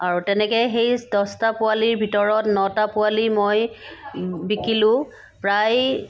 আৰু তেনেকৈ সেই দহটা পোৱালিৰ ভিতৰত নটা পোৱালি মই বিকিলোঁ প্ৰায়